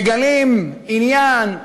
מגלים עניין,